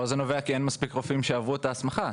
אלא מכך שאין מספיק רופאים שעברו את ההסמכה.